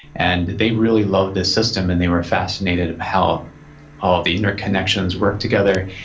and they really loved this system, and they were fascinated how all the interconnections worked together,